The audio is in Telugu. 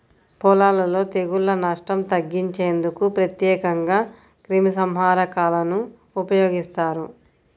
పొలాలలో తెగుళ్ల నష్టం తగ్గించేందుకు ప్రత్యేకంగా క్రిమిసంహారకాలను ఉపయోగిస్తారు